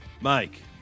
Mike